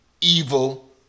evil